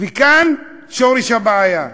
וכאן שורש הבעיה: